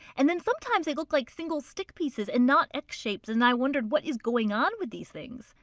and then sometimes they looked like single stick pieces and not x shapes and i wondered what is going on with these things!